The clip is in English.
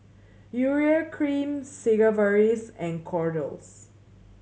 Urea Cream Sigvaris and Kordel's